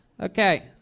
Okay